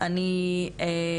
אני מאוד